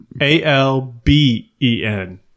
A-L-B-E-N